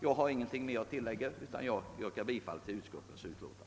Jag ber att få yrka bifall till utskottets hemställan.